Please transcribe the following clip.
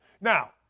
Now